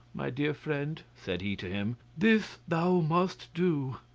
my dear friend, said he to him, this thou must do.